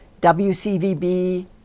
WCVB